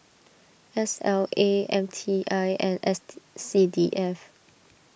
S L A M T I and S C D F